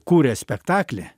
kuria spektaklį